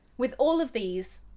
with all of these,